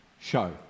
show